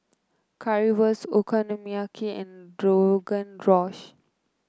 Currywurst Okonomiyaki and Rogan Josh